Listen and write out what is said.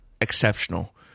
exceptional